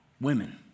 women